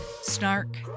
snark